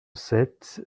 sept